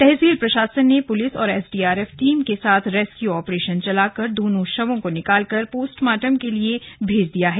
तहसील प्रशासन ने पुलिस और एसडीआरएफ टीम के साथ रेस्क्यू ऑपरेशन चलाकर दोनों शवों को निकालकर पोस्टमार्टम के लिए भेज दिया है